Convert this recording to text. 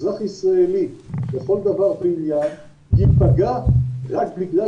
אזרח ישראלי לכל דבר ועניין יפגע רק בגלל